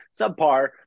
subpar –